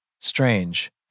Strange